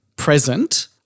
Present